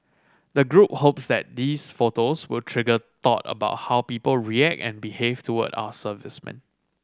the group hopes that these photos will trigger thought about how people react and behave toward our servicemen